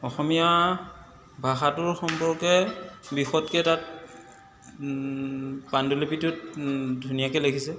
অসমীয়া ভাষাটোৰ সম্পৰ্কে দিশতকৈ তাত পাণ্ডুলিপিটোত ধুনীয়াকৈ লিখিছে